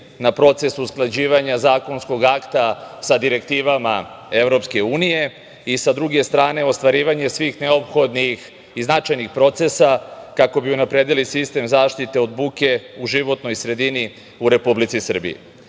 na proces usklađivanja zakonskog akta sa direktivama Evropske unije, i sa druge strane ostvarivanje svih neophodnih i značajnih procesa kako bi unapredili sistem zaštite od buke u životnoj sredini u Republici Srbiji.I